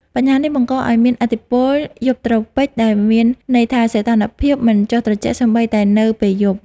បញ្ហានេះបង្កឱ្យមានឥទ្ធិពល យប់ត្រូពិក ដែលមានន័យថាសីតុណ្ហភាពមិនចុះត្រជាក់សូម្បីតែនៅពេលយប់។